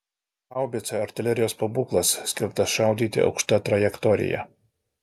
haubica artilerijos pabūklas skirtas šaudyti aukšta trajektorija